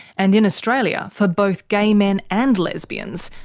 and in australia, for both gay men and lesbians,